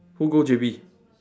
who go J_B